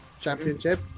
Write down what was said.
championship